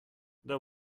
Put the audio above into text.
that